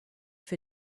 für